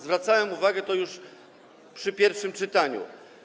Zwracałem uwagę na to już przy pierwszym czytaniu.